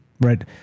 right